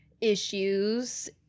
issues